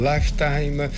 Lifetime